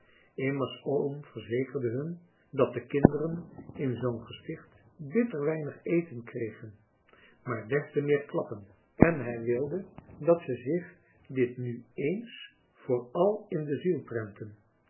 immers oom verzekerde hun dat de kinderen in zoo'n gesticht bitter weinig eten kregen maar des te meer klappen en hij wilde dat ze zich dit nu eens voor al in de ziel prentten